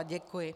Děkuji.